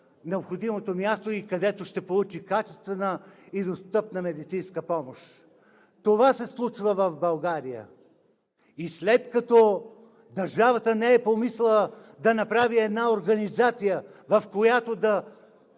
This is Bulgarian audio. необходимото място и където ще получи качествена и достъпна медицинска помощ. Това се случва в България! И след като държавата не е помислила да направи организация, в която